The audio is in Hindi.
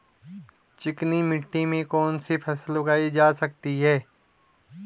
चिकनी मिट्टी में कौन सी फसल उगाई जा सकती है?